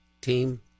team